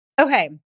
Okay